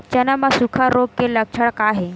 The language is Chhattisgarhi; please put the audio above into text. चना म सुखा रोग के लक्षण का हे?